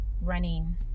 running